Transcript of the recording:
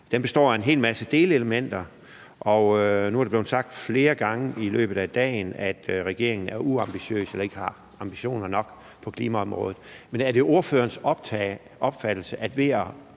Det består af en hel masse delelementer, og nu er det blevet sagt flere gange i løbet af dagen, at regeringen er uambitiøs eller ikke har ambitioner nok på klimaområdet. Men er det ordførerens opfattelse, at der ved at